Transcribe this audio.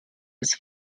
das